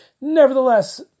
Nevertheless